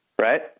right